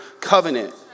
covenant